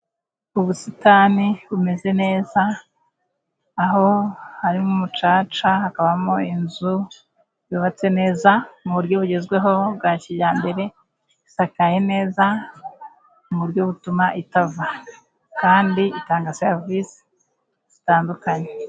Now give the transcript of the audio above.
Ubusitani bumeze neza, aho harimo umucaca, hakabamo inzu yubatse neza, mu buryo bugezweho bwa kijyambere, isakaye neza mu buryo butuma itava, kandi itanga serivisi zitandukanye.